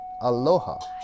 aloha